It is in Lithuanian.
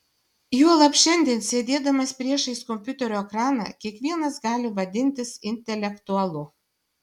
juolab šiandien sėdėdamas priešais kompiuterio ekraną kiekvienas gali vadintis intelektualu